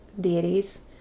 deities